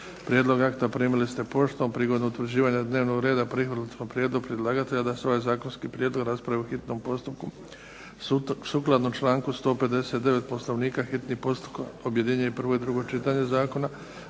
Prijedlog akta primili ste poštom. Prigodom utvrđivanja dnevnog reda prihvatili smo prijedlog predlagatelja da se ovaj zakonski prijedlog raspravi u hitnom postupku. Sukladno članku 159. Poslovnika hitni postupak objedinjuje prvo i drugo čitanje zakona.